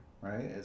right